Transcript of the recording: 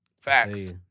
Facts